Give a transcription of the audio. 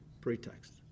Pretext